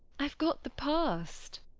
i've got the past.